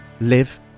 live